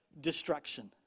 destruction